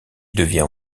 devient